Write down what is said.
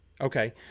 Okay